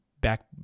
back